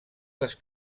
les